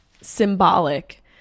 symbolic